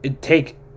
take